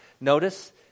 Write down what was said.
Notice